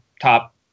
top